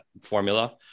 formula